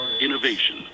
Innovation